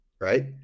right